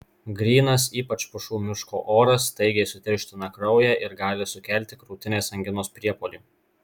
grynas ypač pušų miško oras staigiai sutirština kraują ir gali sukelti krūtinės anginos priepuolį